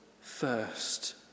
first